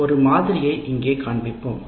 ஒரு மாதிரியை இங்கே காண்பிப்போம்